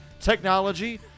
technology